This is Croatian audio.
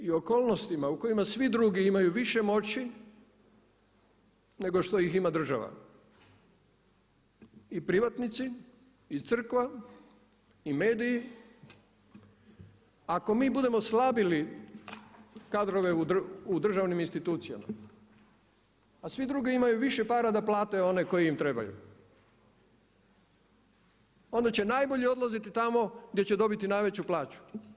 I okolnostima u kojima svi drugi imaju više moći nego što ih ima država i privatnici i crkva i mediji ako mi budemo slabili kadrove u državnim institucijama a svi drugi imaju više para da plate one koji im trebaju onda će najbolji odlaziti tamo gdje će dobiti najveću plaću.